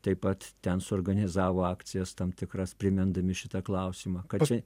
taip pat ten suorganizavo akcijas tam tikras primindami šitą klausimą kad čia